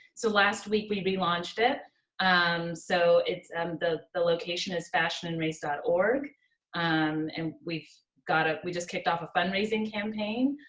so last week we launched it um so it's the the location is fashionandraise dot org um an we've got? ah we just kicked off a fund raising campaign.